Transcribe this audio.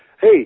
hey